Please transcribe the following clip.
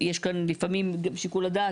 יש כאן לפעמים גם שיקול דעת,